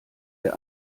der